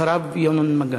אחריו, ינון מגל.